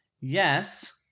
Yes